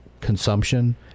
consumption